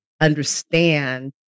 understand